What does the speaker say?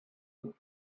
would